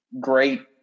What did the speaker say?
great